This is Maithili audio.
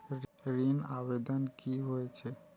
ऋण आवेदन की होय छै?